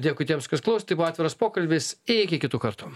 dėkui tiems kas klaus tai buvo atviras pokalbis iki kitų kartų